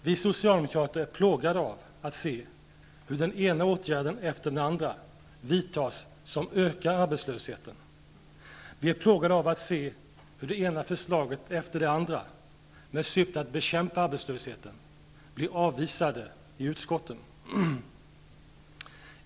Vi socialdemokrater är plågade av att se hur den ena åtgärden efter den andra vidtas som ökar arbetslösheten. Vi är plågade av att se hur det ena förslaget efter det andra med syftet att bekämpa arbetslösheten blir avvisat i utskotten.